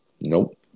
Nope